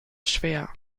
schwer